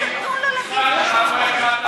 יש בטדי משחק של הפועל קטמון,